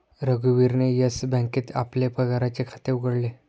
रघुवीरने येस बँकेत आपले पगाराचे खाते उघडले